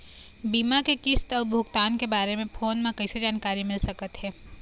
बीमा के किस्त अऊ भुगतान के बारे मे फोन म कइसे जानकारी मिल सकत हे?